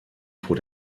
vor